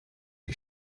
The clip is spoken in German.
die